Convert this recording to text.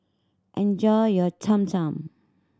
enjoy your Cham Cham